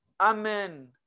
Amen